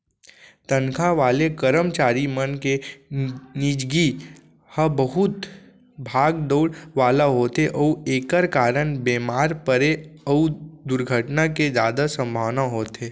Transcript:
तनखा वाले करमचारी मन के निजगी ह बहुत भाग दउड़ वाला होथे अउ एकर कारन बेमार परे अउ दुरघटना के जादा संभावना होथे